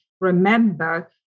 remember